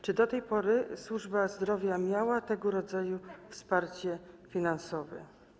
Czy do tej pory służba zdrowia miała tego rodzaju wsparcie finansowe?